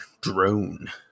drone